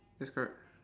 that's correct